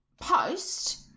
post